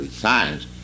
science